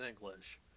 english